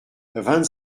vingt